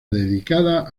dedicada